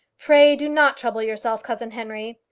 pray do not trouble yourself, cousin henry.